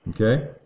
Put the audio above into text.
Okay